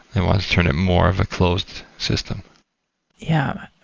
and want to turn it more of a closed system yeah.